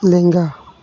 ᱞᱮᱸᱜᱟ